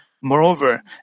Moreover